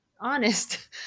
honest